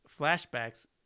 flashbacks